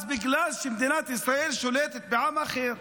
אז בגלל שמדינת ישראל שולטת בעם אחר,